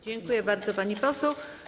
Dziękuję bardzo, pani poseł.